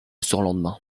surlendemain